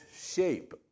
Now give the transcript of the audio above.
shape